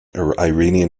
iranian